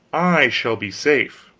i shall be safe.